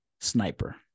sniper